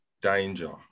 Danger